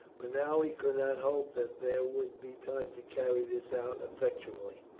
but now he could not hope that there would be time to carry this out effectually.